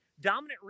Dominant